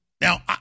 Now